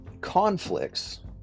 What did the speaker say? conflicts